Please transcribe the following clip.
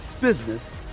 business